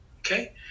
okay